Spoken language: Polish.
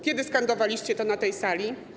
Kiedy skandowaliście to na tej sali?